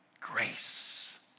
Grace